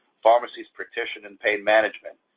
pharmacies, practitioners and pain management.